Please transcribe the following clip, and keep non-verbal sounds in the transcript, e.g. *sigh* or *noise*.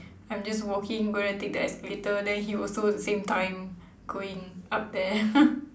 I'm just walking gonna take the escalator then he also the same time going up there *laughs*